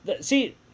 See